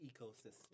ecosystem